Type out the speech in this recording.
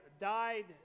died